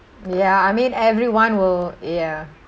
ya I mean everyone will ya